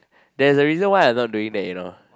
there's a reason why I not doing that you know